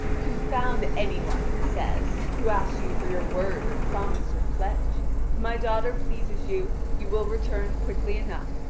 confound any one, he says, who asks you for your word or promise or pledge. if my daughter pleases you, you will return quickly enough.